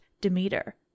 Demeter